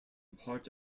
part